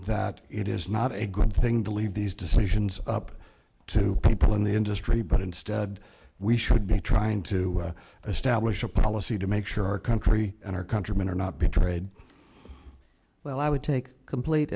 that it is not a good thing to leave these decisions up to people in the industry but instead we should be trying to establish a policy to make sure our country and our countrymen are not betrayed well i would take complete